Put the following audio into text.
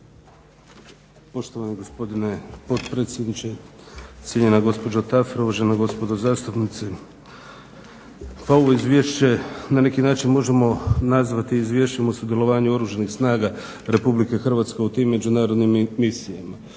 Poštovani gospodine potpredsjedniče, cijenjena gospođo Tafra, uvažena gospodo zastupnici. Pa ovo Izvješće na neki način možemo nazvati izvješćem o sudjelovanju Oružanih snaga Republike Hrvatske u tim međunarodnim misijama.